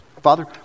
Father